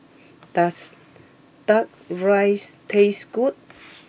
does Duck Rice taste good